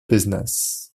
pézenas